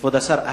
כבוד השר,